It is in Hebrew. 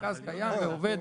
מרכז קיים ועובד.